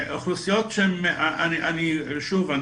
שוב,